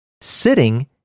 sitting